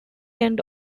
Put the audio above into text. end